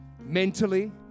mentally